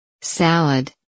Salad